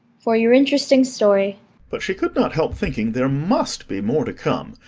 for your interesting story but she could not help thinking there must be more to come,